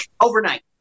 overnight